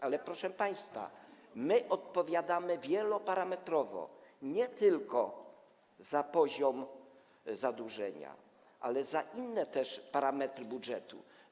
Ale, proszę państwa, my odpowiadamy wieloparametrowo, nie tylko za poziom zadłużenia, ale też za inne parametry budżetu.